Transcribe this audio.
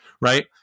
right